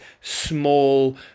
small